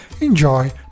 enjoy